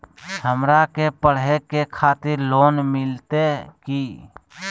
हमरा के पढ़े के खातिर लोन मिलते की?